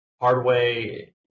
Hardway